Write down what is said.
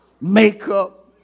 makeup